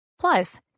Plus